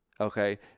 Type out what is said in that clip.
okay